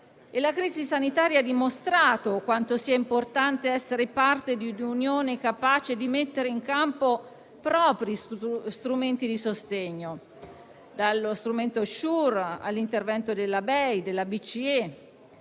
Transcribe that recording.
La crisi sanitaria ha dimostrato quanto sia importante essere parte di un'Unione capace di mettere in campo propri strumenti di sostegno, dallo state supported short-time work (Sure), all'intervento della BEI e della BCE.